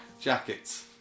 jackets